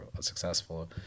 successful